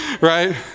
right